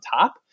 top